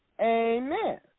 amen